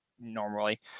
normally